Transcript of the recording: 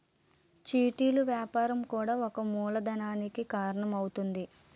చిట్టీలు వ్యాపారం కూడా ఒక మూలధనానికి కారణం అవుతుంది